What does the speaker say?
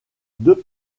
deux